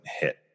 hit